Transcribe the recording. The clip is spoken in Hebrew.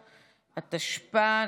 התשפ"א,